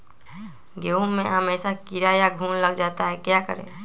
गेंहू में हमेसा कीड़ा या घुन लग जाता है क्या करें?